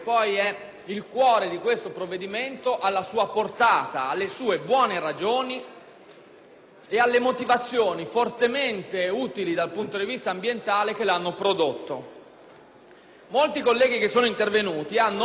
ed alle motivazioni fortemente utili dal punto di vista ambientale che hanno prodotto tale norma. Molti colleghi che sono intervenuti hanno omesso di ricordare che l'articolo 2 si applica negli ambiti